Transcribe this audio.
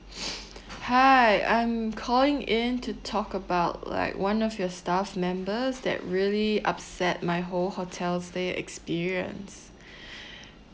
hi I'm calling in to talk about like one of your staff members that really upset my whole hotel stay experience